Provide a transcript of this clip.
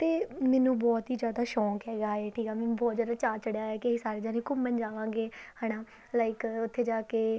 ਅਤੇ ਮੈਨੂੰ ਬਹੁਤ ਹੀ ਜ਼ਿਆਦਾ ਸ਼ੌਕ ਹੈਗਾ ਇਹ ਠੀਕ ਆ ਵੀ ਬਹੁਤ ਜ਼ਿਆਦਾ ਚਾਅ ਚੜਿਆ ਕਿ ਅਸੀਂ ਸਾਰੇ ਜਣੇ ਘੁੰਮਣ ਜਾਵਾਂਗੇ ਹੈ ਨਾ ਲਾਈਕ ਉੱਥੇ ਜਾ ਕੇ